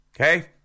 okay